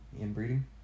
Inbreeding